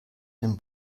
den